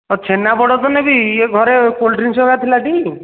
ହଁ ଛେନାପୋଡ଼ ତ ନେବି ୟେ ଘରେ କୋଲ୍ଡ ଡ୍ରିଂକ୍ସ ହେରିକା ଥିଲା ଟି